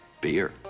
beer